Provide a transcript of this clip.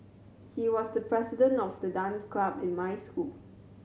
he was the president of the dance club in my school